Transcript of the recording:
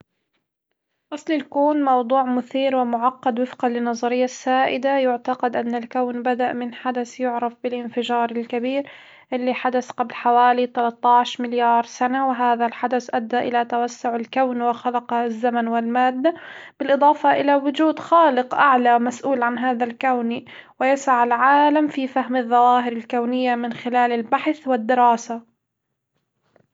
أصل الكون موضوع مثير ومعقد وفقًا للنظرية السائدة يعتقد أن الكون بدأ من حدث يعرف بالإنفجار الكبير اللي حدث قبل حوالي تلتاش مليار سنة، وهذا الحدث أدى إلى توسع الكون وخلق الزمن والمادة، بالإضافة إلى وجود خالق أعلى مسؤول عن هذا الكون ويسعى العالم في فهم الظواهر الكونية من خلال البحث والدراسة.